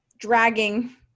dragging